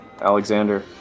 Alexander